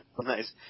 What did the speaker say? Nice